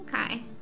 okay